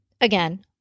again